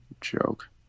joke